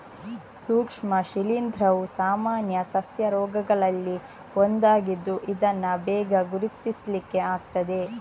ಸೂಕ್ಷ್ಮ ಶಿಲೀಂಧ್ರವು ಸಾಮಾನ್ಯ ಸಸ್ಯ ರೋಗಗಳಲ್ಲಿ ಒಂದಾಗಿದ್ದು ಇದನ್ನ ಬೇಗ ಗುರುತಿಸ್ಲಿಕ್ಕೆ ಆಗ್ತದೆ